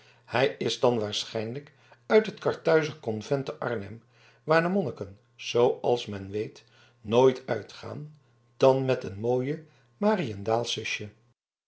hij is dan waarschijnlijk uit het karthuizer convent te arnhem waar de monniken zooals men weet nooit uitgaan dan met een mooi mariëndaalsch zusje